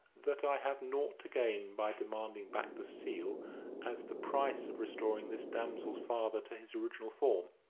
that i have naught to gain by demanding back the seal as the price of restoring this damsel's father to his original form.